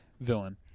villain